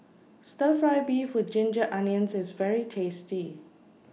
Stir Fry Beef with Ginger Onions IS very tasty